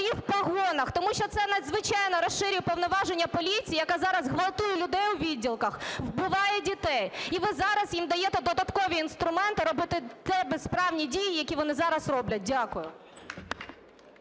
в погонах. Тому що це надзвичайно розширює повноваження поліції, яка зараз ґвалтує людей у відділках, вбиває дітей. І ви зараз їм даєте додаткові інструменти робити ті безправні дії, які вони зараз роблять. Дякую.